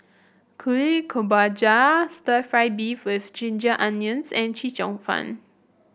Kuih Kemboja Stir Fried Beef with Ginger Onions and Chee Cheong Fun